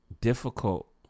difficult